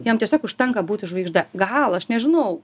jam tiesiog užtenka būti žvaigžde gal aš nežinau